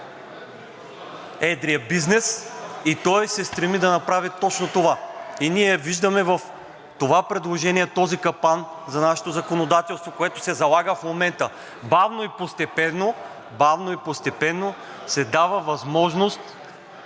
едрия бизнес и той се стреми да направи точно това. И ние виждаме в това предложение този капан за нашето законодателство, който се залага в момента. Бавно и постепенно, бавно